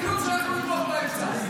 לא יקרה כלום אם אנחנו נתמוך בהם קצת.